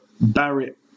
Barrett